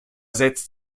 setzt